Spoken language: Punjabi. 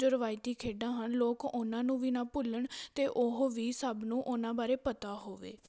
ਜੋ ਰਵਾਇਤੀ ਖੇਡਾਂ ਹਨ ਲੋਕ ਉਹਨਾਂ ਨੂੰ ਵੀ ਨਾ ਭੁੱਲਣ ਅਤੇ ਉਹ ਵੀ ਸਭ ਨੂੰ ਉਹਨਾਂ ਬਾਰੇ ਪਤਾ ਹੋਵੇ